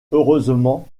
heureusement